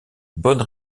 bonne